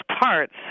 parts